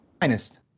finest